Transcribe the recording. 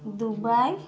Dubai